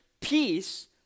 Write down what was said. peace